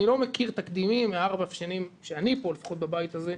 אני לא מכיר תקדימים מארבע השנים שאני לפחות בבית הזה,